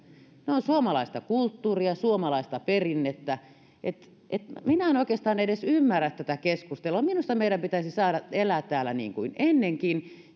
ne ovat suomalaista kulttuuria suomalaista perinnettä niin että minä en oikeastaan edes ymmärrä tätä keskustelua minusta meidän pitäisi saada elää täällä niin kuin ennenkin